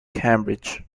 cambridge